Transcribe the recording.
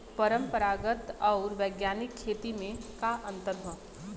परंपरागत आऊर वैज्ञानिक खेती में का अंतर ह?